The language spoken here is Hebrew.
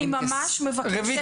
אני ממש מבקשת,